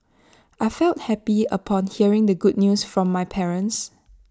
I felt happy upon hearing the good news from my parents